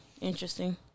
interesting